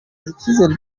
icyizere